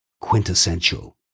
Quintessential